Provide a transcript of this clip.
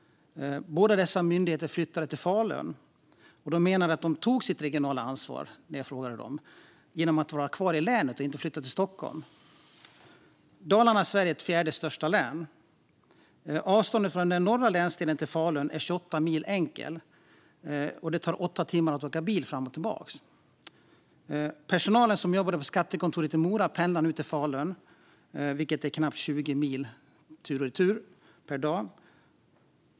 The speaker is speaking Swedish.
Båda dessa myndigheter flyttade till Falun. De menade när jag frågade dem att de tog sitt regionala ansvar genom att vara kvar i länet och inte flytta till Stockholm. Dalarna är Sveriges fjärde största län. Avståndet från den norra länsdelen till Falun är 28 mil enkel väg. Det tar åtta timmar att åka bil fram och tillbaka. Personalen som jobbade på skattekontoret i Mora pendlar nu till Falun, vilket är knappt 20 mil tur och retur per dag.